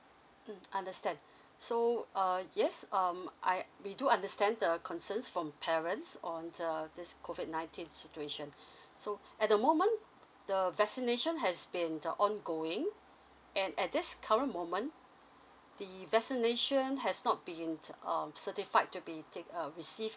mm understand so uh yes um I we do understand the concerns from parents on uh this COVID nineteen situation so at the moment the vaccination has been uh ongoing and at this current moment the vaccination has not been um certified to be take~ uh received